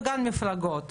וגם המפלגות,